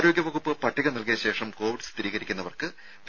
ആരോഗ്യവകുപ്പ് പട്ടിക നൽകിയ ശേഷം കോവിഡ് സ്ഥിരീകരിക്കുന്നവർക്ക് പി